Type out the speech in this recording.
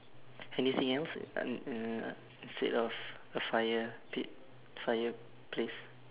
anything else um mm uh instead of a fire pit fireplace